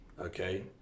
Okay